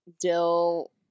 dill